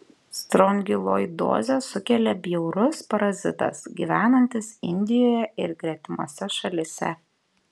strongiloidozę sukelia bjaurus parazitas gyvenantis indijoje ir gretimose šalyse